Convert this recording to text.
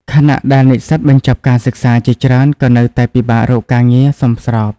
ខណៈដែលនិស្សិតបញ្ចប់ការសិក្សាជាច្រើនក៏នៅតែពិបាករកការងារសមស្រប។